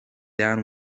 down